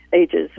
ages